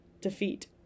defeat